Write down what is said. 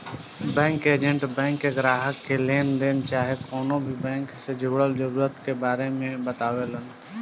bank के agent bank के ग्राहक के लेनदेन चाहे कवनो भी बैंक से जुड़ल जरूरत के बारे मे बतावेलन